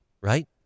right